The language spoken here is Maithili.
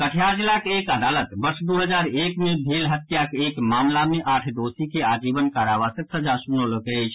कटिहार जिलाक एक अदालत वर्ष दू हजार एक मे भेल हत्याक एक मामिला मे आठ दोषी के आजीवन कारावासक सजा सुनौलक अछि